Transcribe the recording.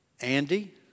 Andy